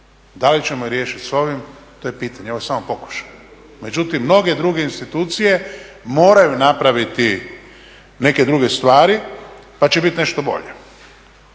Da li ćemo je riješiti s ovim to je pitanje ovo ja samo pokušaj. Međutim mnoge druge institucije moraju napraviti neke druge stvari pa će biti nešto bolje.